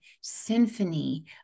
symphony